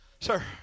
Sir